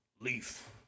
leaf